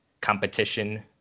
competition